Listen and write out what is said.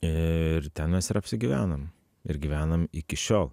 ir ten mes ir apsigyvenom ir gyvenam iki šiol